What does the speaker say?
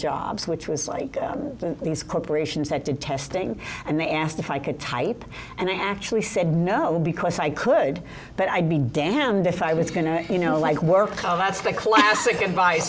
jobs which was like these corporations that did testing and they asked if i could type and i actually said no because i could but i'd be damned if i was going to you know like work oh that's the classic advice